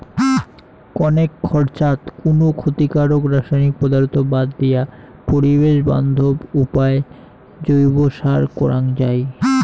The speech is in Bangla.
কণেক খরচাত কুনো ক্ষতিকারক রাসায়নিক পদার্থ বাদ দিয়া পরিবেশ বান্ধব উপায় জৈব সার করাং যাই